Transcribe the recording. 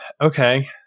Okay